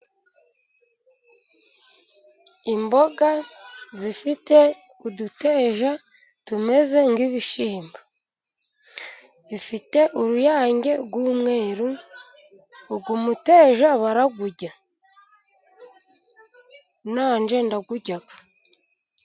Imboga zifite uduteja tumeze nk'ibishyimbo . Zifite uruyange rw'umweru. Uyu muteja barawurya. Nanjye ndawurya.